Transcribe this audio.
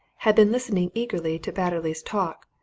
had been listening eagerly to batterley's talk,